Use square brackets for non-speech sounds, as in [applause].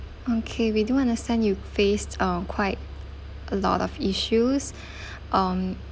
okay we do understand you faced uh quite a lot of issues [breath] um